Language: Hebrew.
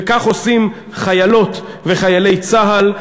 וכך עושים חיילות וחיילי צה"ל.